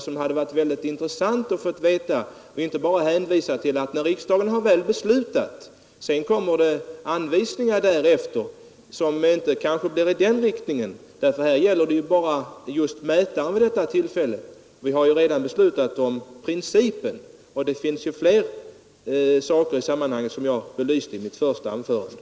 Det hade varit mycket intressant att få höra de synpunkterna, och inte bara en hänvisning till att när riksdagen väl har beslutat, kommer det därefter anvisningar. Vid detta tillfälle gäller det bara mätaren — vi har ju redan beslutat om principen — men det finns också flera saker i sammanhanget, som borde diskuteras nu.